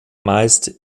meist